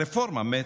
הרפורמה מתה.